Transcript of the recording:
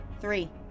Three